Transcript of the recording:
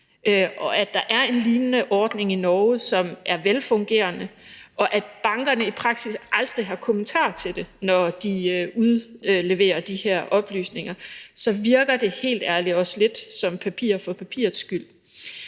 der er en lignende ordning i Norge, som er velfungerende, og eftersom bankerne i praksis aldrig har kommentarer til det, når de udleverer de her oplysninger, så virker det helt ærligt også lidt som papir for papirets skyld,